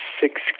six